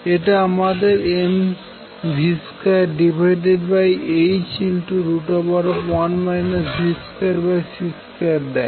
এটা আমাদের mv2h1 v2c2দেয়